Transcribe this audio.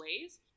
ways